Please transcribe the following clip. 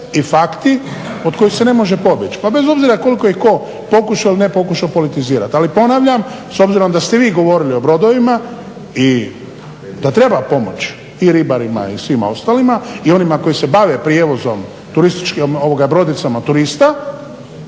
i fakti od kojih se ne može pobjeći pa bez obzira koliko i tko pokušao i ne pokušao politizirati. Ali ponavljam s obzirom da ste vi govorili o brodovima i da treba pomoć i ribarima i svima ostalima i onima koji se bave prijevozom brodicama turista